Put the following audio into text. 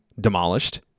demolished